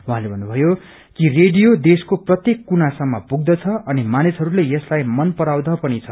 उहाँले भन्नुभयो कि रेडियो देशको प्रत्येक कुना सम्म पुग्दछ अनि मानिसहरूले यसलाई मनपराउँद पनि छ